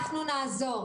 אנחנו נעזור,